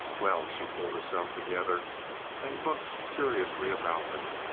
well! she pulled herself together and looked curiously about her.